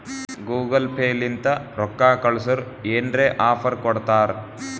Google Pay ಲಿಂತ ರೊಕ್ಕಾ ಕಳ್ಸುರ್ ಏನ್ರೆ ಆಫರ್ ಕೊಡ್ತಾರ್